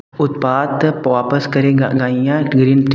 उत्पाद वापस करें गाइआ ग्रीन टी